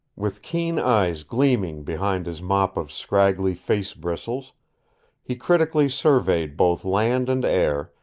with keen eyes gleaming behind his mop of scraggly face-bristles he critically surveyed both land and air,